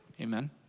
amen